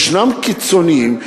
יש קיצונים,